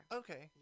okay